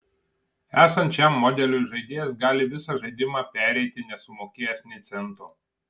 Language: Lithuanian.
esant šiam modeliui žaidėjas gali visą žaidimą pereiti nesumokėjęs nė cento